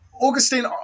Augustine